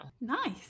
Nice